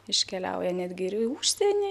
iškeliauja netgi ir į užsienį